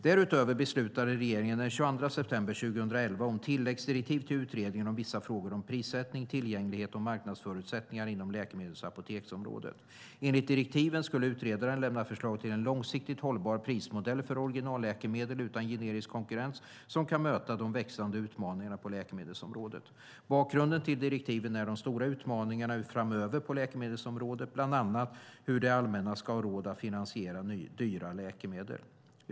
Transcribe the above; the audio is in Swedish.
Därutöver beslutade regeringen den 22 september 2011 om tilläggsdirektiv till Utredningen om vissa frågor om prissättning, tillgänglighet och marknadsförutsättningar inom läkemedels och apoteksområdet . Enligt direktiven skulle utredaren lämna förslag till en långsiktigt hållbar prismodell för originalläkemedel utan generisk konkurrens som kan möta de växande utmaningarna på läkemedelsområdet. Bakgrunden till direktiven är de stora utmaningarna framöver på läkemedelsområdet, bland annat hur det allmänna ska ha råd att finansiera nya dyra läkemedel.